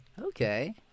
okay